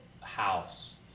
house